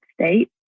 state